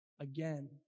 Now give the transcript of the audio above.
Again